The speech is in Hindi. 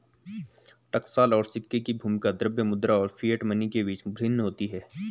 टकसाल और सिक्के की भूमिका द्रव्य मुद्रा और फिएट मनी के बीच भिन्न होती है